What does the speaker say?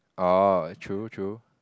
oh true true